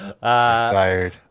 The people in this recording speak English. fired